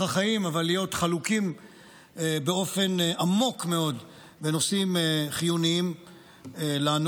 החיים אבל להיות חלוקים באופן עמוק מאוד בנושאים חיוניים לנו.